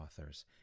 authors